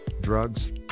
drugs